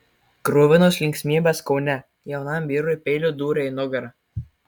kruvinos linksmybės kaune jaunam vyrui peiliu dūrė į nugarą